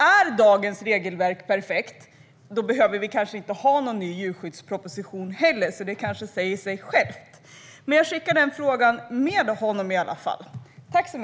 Är dagens regelverk perfekt behöver vi kanske inte heller ha någon ny djurskyddsproposition, det säger sig självt. Men jag vill i alla fall skicka med den frågan till Isak From.